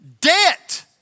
Debt